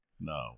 No